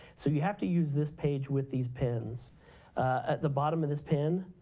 so you have to use this page with these pens. at the bottom of this pen,